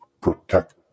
protect